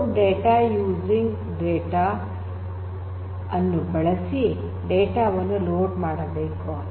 load data using data iris load data using data"iris" ಅನ್ನು ಬಳಸಿ data ವನ್ನು ಲೋಡ್ ಮಾಡಬೇಕು